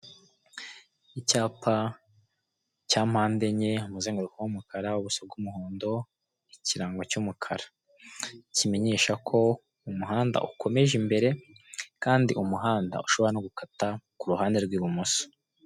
Icyapa cya mpande enye umuzenguruko w'umukara, ubuso bw'umuhondo, ikirango cy'umukara. Kimenyesha ko umuhanda ukomeje imbere kandi umuhanda ushobora no gukata ku ruhande rw'ibumoso.